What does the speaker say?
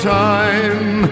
time